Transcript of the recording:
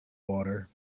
water